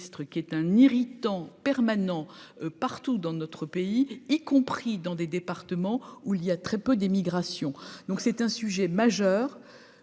qui est un irritant permanent partout dans notre pays, y compris dans des départements. Où il y a très peu d'émigration, donc c'est un sujet majeur